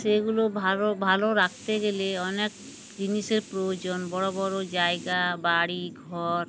সেগুলো ভালো ভালো রাখতে গেলে অনেক জিনিসের প্রয়োজন বড়ো বড়ো জায়গা বাড়ি ঘর